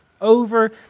Over